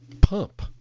pump